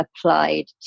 applied